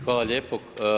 Hvala lijepo.